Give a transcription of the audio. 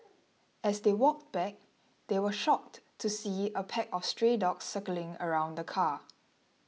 as they walked back they were shocked to see a pack of stray dogs circling around the car